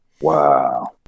Wow